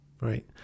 Right